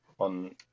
on